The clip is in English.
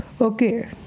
Okay